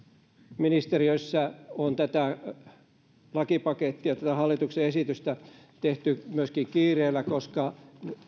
ministeriössä on tätä lakipakettia tätä hallituksen esitystä tehty myöskin kiireellä koska